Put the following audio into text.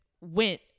went